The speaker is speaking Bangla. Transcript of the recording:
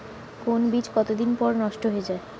কোন বীজ কতদিন পর নষ্ট হয়ে য়ায়?